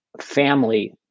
family